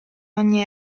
ogni